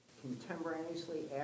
Contemporaneously